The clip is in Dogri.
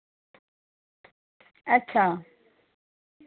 अच्छा